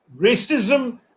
racism